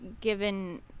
given